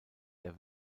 der